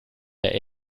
der